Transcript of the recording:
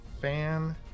Fan